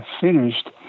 finished